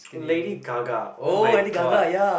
Lady Gaga [oh]-my-god